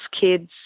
kids